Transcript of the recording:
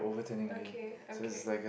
okay okay